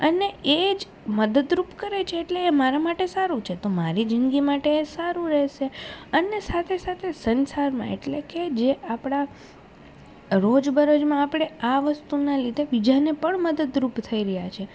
અને એજ મદદરૂપ કરે છે એટલે એ મારા માટે સારું છે તો મારી જિંદગી માટે એ સારું રહેશે અને સાથે સાથે સંસારમાં એટલે કે જે આપણા રોજબરોજમાં આપણે આ વસ્તુને લીધે બીજાને પણ મદદરૂપ થઈ રહ્યાં છીએ